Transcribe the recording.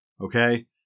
Okay